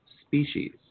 species